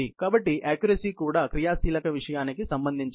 కాబట్టి ఆక్క్యురసీ కూడా క్రియాశీలక విషయానికి సంబంధించినది